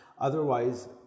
Otherwise